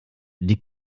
die